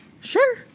Sure